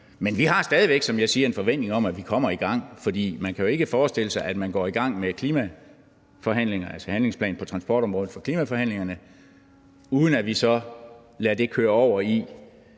jeg siger, stadig væk en forventning om, at vi kommer i gang, for man kan jo ikke forestille sig, at man går i gang med handlingsplanen for transportområdet i forbindelse med klimaforhandlingerne, uden at vi så lader det køre over i